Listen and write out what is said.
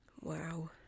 Wow